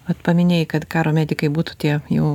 vat paminėjai kad karo medikai būtų tie jau